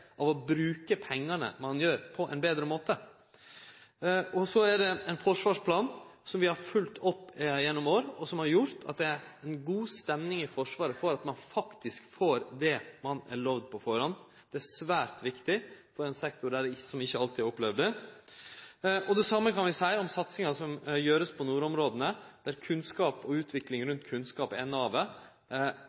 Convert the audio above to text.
av å bruke pengane på ein betre måte. Så er det ein forsvarsplan som vi har følgt opp gjennom år, som har gjort at det er ei god stemning i Forsvaret for at ein faktisk får det ein er lovd på førehand. Det er svært viktig for ein sektor som ikkje alltid har opplevd det. Det same kan vi seie om den satsinga som vert gjord på nordområda, der kunnskap og utvikling rundt kunnskap er navet